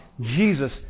Jesus